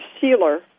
sealer